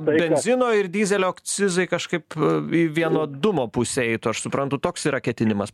benzino ir dyzelio akcizai kažkaip į vienodumo pusę eitų aš suprantu toks yra ketinimas